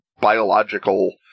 biological